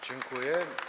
Dziękuję.